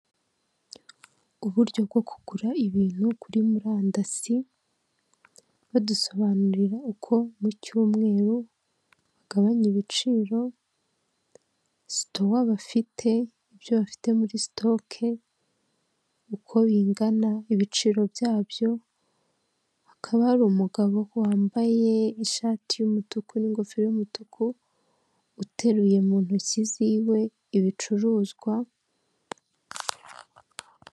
Uburyo bwo kugura ibintu kuri murandasi badusobanurira uko mu cyumweru babanya ibiciro sitowa bafite ibyo bafite muri sitoke uko bingana, ibiciro byabyo, hakaba hari umugabo wambaye ishati y' yumutuku n'ingofero yumutuku uteruye mu ntoki ziwe ibicuruzwa.